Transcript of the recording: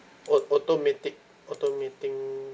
au~ automatic automating